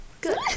Good